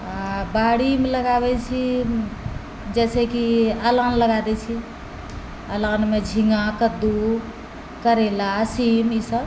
आओर बाड़ीमे लगाबै छी जइसे कि अलान लगा दै छिए अलानमे झिङ्गा कद्दू करैला सीम ईसब